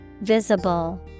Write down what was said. Visible